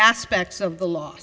spects of the law